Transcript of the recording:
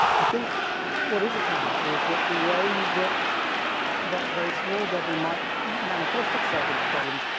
i think what is apparent is that the way that that very small debris might manifest itself into problems,